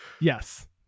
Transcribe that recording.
yes